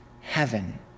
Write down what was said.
heaven